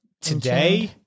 Today